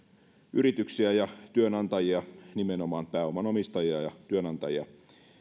yrityksiä ja työnantajia nimenomaan pääoman omistajia ja työnantajia